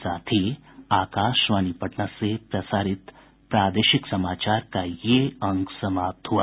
इसके साथ ही आकाशवाणी पटना से प्रसारित प्रादेशिक समाचार का ये अंक समाप्त हुआ